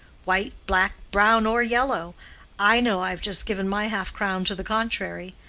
white, black, brown, or yellow i know i've just given my half-crown to the contrary.